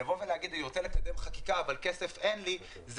לבוא ולומר אני רוצה לקדם חקיקה אבל כסף אין לי,